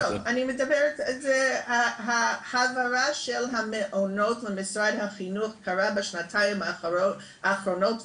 לא אני מדברת על ההעברה של המעונות למשרד החינוך קרה בשנתיים האחרונות,